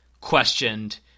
questioned